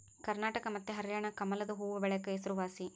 ಕರ್ನಾಟಕ ಮತ್ತೆ ಹರ್ಯಾಣ ಕಮಲದು ಹೂವ್ವಬೆಳೆಕ ಹೆಸರುವಾಸಿ